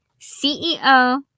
CEO